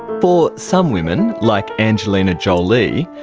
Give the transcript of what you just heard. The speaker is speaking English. but some women, like angelina jolie,